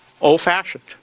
old-fashioned